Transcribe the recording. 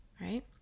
right